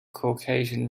caucasian